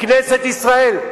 בכנסת ישראל.